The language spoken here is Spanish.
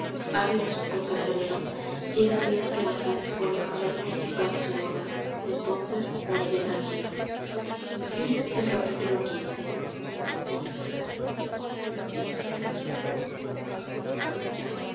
adios buen carcelero quiera dios que basanio vuelva á verme y pague su deuda entonces moriré tranquilo